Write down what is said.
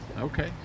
Okay